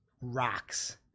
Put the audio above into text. Rocks